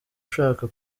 ushaka